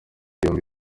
yombi